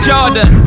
Jordan